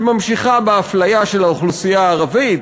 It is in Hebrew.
שממשיכה באפליה של האוכלוסייה הערבית,